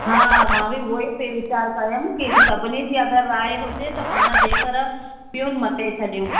हा मां बि उहेई पई वीचार कयमि के सभिनी जी अगरि राइ हुजे त पाण जेकर प्यून मटे छॾियूं